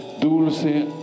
dulce